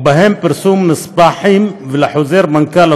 ובהם: פרסום נספחים לחוזר המנכ"ל,